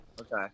okay